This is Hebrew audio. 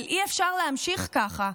אבל אי-אפשר להמשיך ככה.